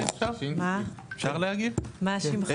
מה שמך?